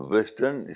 Western